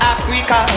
Africa